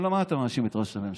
על מה אתה מאשים את ראש הממשלה?